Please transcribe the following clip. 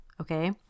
Okay